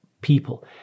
people